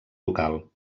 local